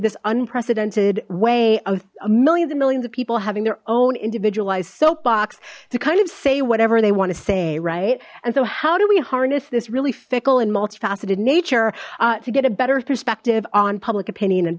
this unprecedented way of millions of millions of people having their own individualized soapbox to kind of say whatever they want to say right and so how do we harness this really fickle and multifaceted nature to get a better perspective on public opinion